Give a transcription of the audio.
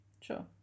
Sure